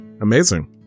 Amazing